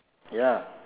ya